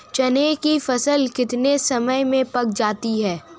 चने की फसल कितने समय में पक जाती है?